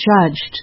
judged